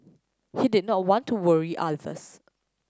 he did not want to worry others